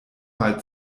mal